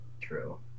True